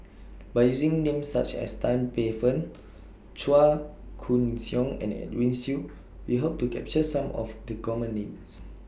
By using Names such as Tan Paey Fern Chua Koon Siong and Edwin Siew We Hope to capture Some of The Common Names